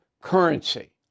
currency